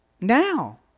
Now